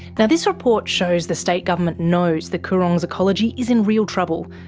now, this report shows the state government knows the coorong's ecology is in real trouble,